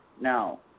No